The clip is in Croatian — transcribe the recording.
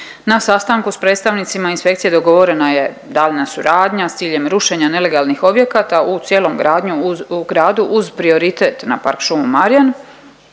Na sastanku s predstavnicima inspekcije dogovorena je daljnja suradnja s ciljem rušenja nelegalnih objekata u cijelom gradu uz prioritet na park šumu Marjan.